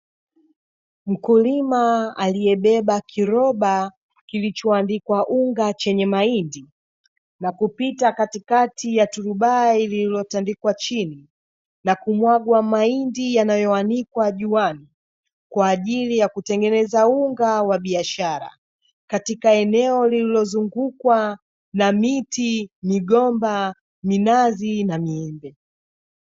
Mkulima aliyebeba kiroba kilichoandikwa unga chenye mahindi, na kupita katikati ya turubai lililotandikwa chini na kumwagwa mahindi yanayoanikwa juani; kwa ajili ya kutengeneza unga wa biashara katika eneo lililozungukwa na miti, migomba, minazi na miembe.